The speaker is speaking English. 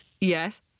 Yes